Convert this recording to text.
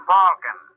Falcon